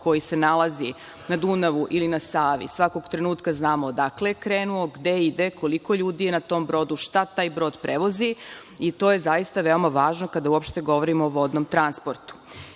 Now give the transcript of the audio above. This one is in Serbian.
koji se nalazi na Dunavu ili na Savi, svakog trenutka znamo odakle je krenuo, gde ide, koliko ljudi je na tom brodu, šta taj brod prevozi i to je zaista veoma važno kada uopšte govorimo o vodnom transportu. Jedan